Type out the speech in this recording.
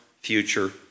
future